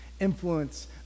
influence